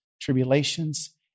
tribulations